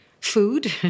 food